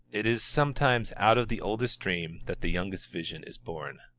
it is sometimes out of the oldest dream that the youngest vision is born.